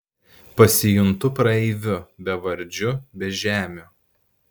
pasijuntu praeiviu bevardžiu bežemiu